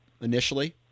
initially